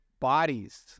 bodies